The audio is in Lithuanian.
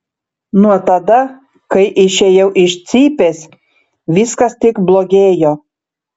nuo tada kai išėjau iš cypės viskas tik blogėjo